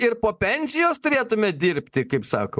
ir po pensijos turėtume dirbti kaip sakom